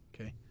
Okay